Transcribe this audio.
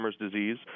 disease